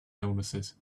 illnesses